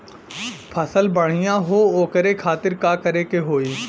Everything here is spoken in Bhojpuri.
फसल बढ़ियां हो ओकरे खातिर का करे के होई?